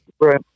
Right